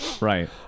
Right